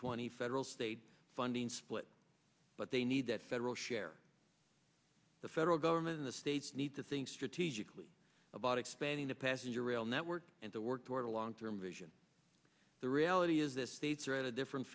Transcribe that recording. twenty federal state funding split but they need that federal share the federal government in the states need to think strategically about expanding the passenger rail network and to work toward a long term vision the reality is this states are at a different